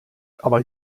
aber